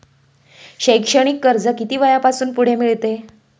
शैक्षणिक कर्ज किती वयापासून पुढे मिळते?